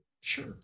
Sure